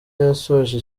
yasoje